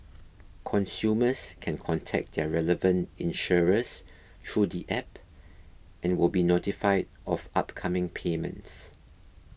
consumers can contact their relevant insurers through the app and will be notified of upcoming payments